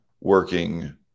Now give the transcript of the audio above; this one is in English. working